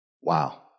Wow